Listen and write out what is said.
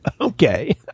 Okay